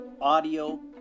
...audio